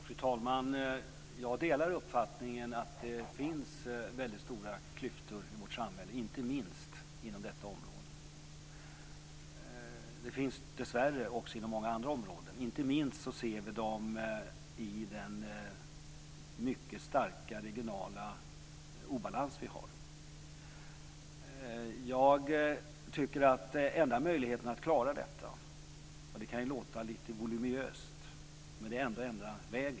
Fru talman! Jag delar uppfattningen att det finns mycket stora klyftor i vårt samhälle, inte minst inom detta område. De finns dessvärre också inom många andra områden. Ofta ser vi dem i den mycket starka regionala obalans vi har. Jag tycker att enda möjligheten att klara detta är att vi gör väldigt breda satsningar på många områden.